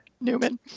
Newman